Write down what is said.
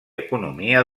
economia